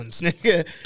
Nigga